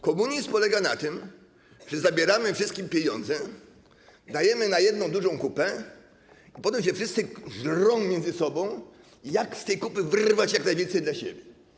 Komunizm polega na tym, że zabieramy wszystkim pieniądze, dajemy na jedną dużą kupę i potem się wszyscy żrą między sobą, jak z tej kupy wyrwać jak najwięcej dla siebie.